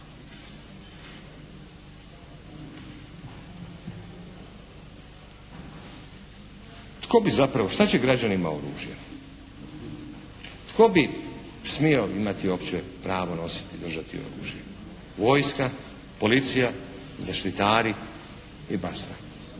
Tko bi zapravo, šta će građanima oružje? Tko bi smio imati uopće pravo nositi, držati oružje? Vojska, policija, zaštitari i basta.